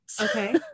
Okay